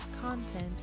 content